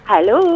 Hello